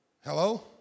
Hello